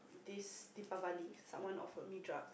this Deepavali someone offered me drug